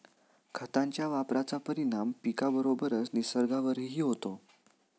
खतांच्या वापराचा परिणाम पिकाबरोबरच निसर्गावरही होतो